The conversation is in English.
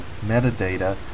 metadata